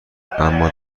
اما